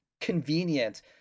convenient